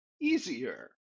easier